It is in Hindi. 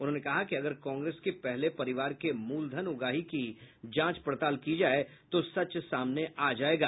उन्होंने कहा कि अगर कांग्रेस के पहले परिवार के मूलधन उगाही की जांच पड़ताल की जाये तो सच सामने आ जाएगा